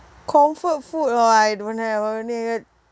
comfort food oh I don't have I only eat